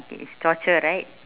okay is torture right